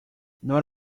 not